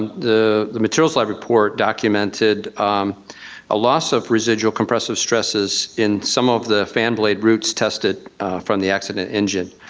the the materials i report documented a loss of residual compressive stresses in some of the fan blade roots tested from the accident engine.